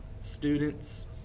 students